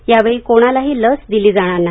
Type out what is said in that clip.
यावेळी कोणालाही लस दिली जाणार नाही